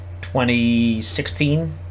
2016